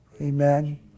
Amen